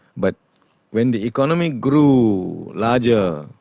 but when the economy grew larger,